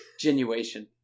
genuation